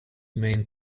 main